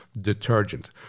detergent